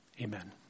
amen